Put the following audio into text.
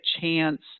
chance